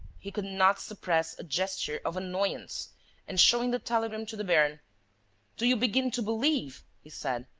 he could not suppress a gesture of annoyance and, showing the telegram to the baron do you begin to believe, he said,